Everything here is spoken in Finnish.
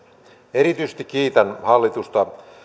erityisesti kiitän hallitusta